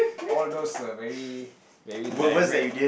all those uh very very direct